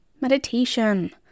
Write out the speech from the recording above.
meditation